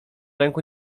ręku